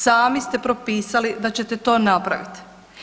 Sami ste propisali da ćete to napraviti.